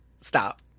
stop